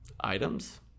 items